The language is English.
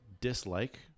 dislike